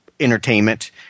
entertainment